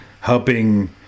helping